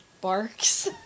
Barks